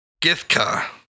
Githka